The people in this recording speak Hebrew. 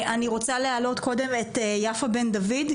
אני רוצה להעלות קודם את יפה בן דוד,